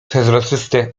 przezroczyste